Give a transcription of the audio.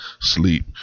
sleep